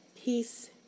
peace